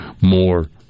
more